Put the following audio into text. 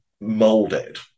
molded